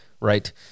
right